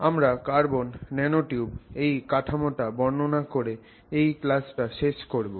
আমরা carbon nanotube এই কাঠামোটা বর্ণনা করে এই ক্লাসটা শেষ করবো